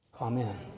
Amen